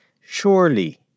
surely